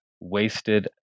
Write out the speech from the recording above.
wasted